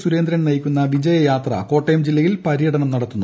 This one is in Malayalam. സുരേന്ദ്രൻ നയിക്കുന്ന വിജയ യാത്ര കോട്ടയം ജില്ലയിൽ പര്യടനം നടത്തുന്നു